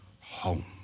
home